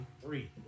three